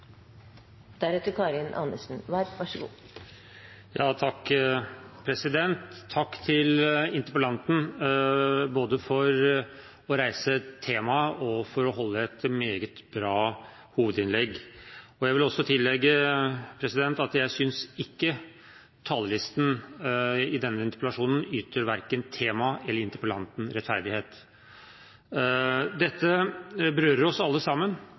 Takk til interpellanten, både for å reise temaet og for å holde et meget bra hovedinnlegg. Jeg vil også tillegge at jeg synes talerlisten i denne interpellasjonen yter verken temaet eller interpellanten rettferdighet. Dette berører oss alle sammen.